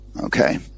Okay